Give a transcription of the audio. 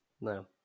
No